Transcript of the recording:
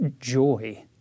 joy